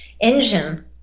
Engine